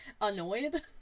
annoyed